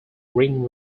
ring